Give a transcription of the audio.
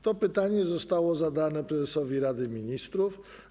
To pytanie zostało zadane Prezesowi Rady Ministrów.